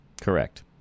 Correct